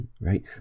right